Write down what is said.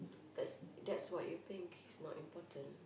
that's that's what you think it's not important